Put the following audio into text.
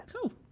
cool